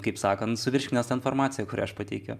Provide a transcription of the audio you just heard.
kaip sakant suvirškinęs tą informaciją kurią aš pateikiu